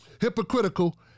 hypocritical